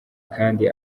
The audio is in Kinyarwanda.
kandi